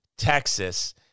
Texas